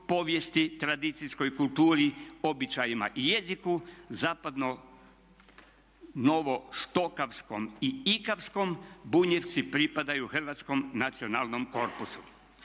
povijesti, tradicijskoj kulturi, običajima i jeziku zapadno novo štokavskom i ikavskom Bunjevci pripadaju hrvatskom nacionalnom korpusu.